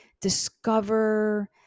discover